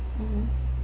mmhmm